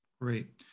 great